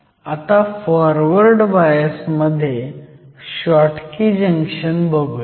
आता forward bias मध्ये Schottky junction बघुयात